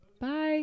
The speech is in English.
Bye